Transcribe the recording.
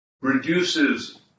reduces